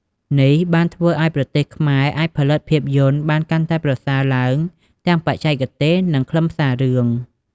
នេះបានធ្វើឱ្យ ប្រទេសខ្មែរអាចផលិតភាពយន្ត បានកាន់តែប្រសើរឡើងទាំងបច្ចេកទេស និង ខ្លឹមសាររឿង។